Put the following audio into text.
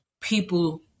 people